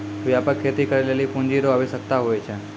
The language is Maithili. व्यापक खेती करै लेली पूँजी रो आवश्यकता हुवै छै